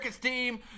team